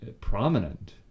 prominent